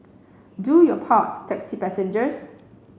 do your part taxi passengers